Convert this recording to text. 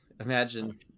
Imagine